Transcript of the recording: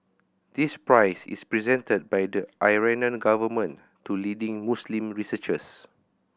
this prize is presented by the Iranian government to leading Muslim researchers